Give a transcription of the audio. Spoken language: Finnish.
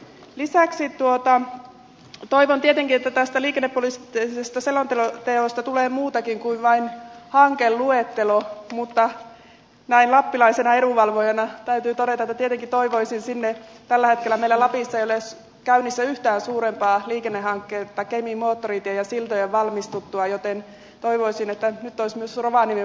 lisäksi toivon tietenkin että tästä liikennepoliittisesta selonteosta tulee muutakin kuin vain hankeluettelo mutta näin lappilaisena edunvalvojana täytyy todeta että tällä hetkellä meillä lapissa ei ole käynnissä yhtään suurempaa liikennehanketta kemin moottoritien ja siltojen valmistuttua joten toivoisin että nyt olisi myös rovaniemen vuoro